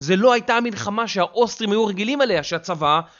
זה לא הייתה המלחמה שהאוסטרים היו רגילים אליה שהצבא...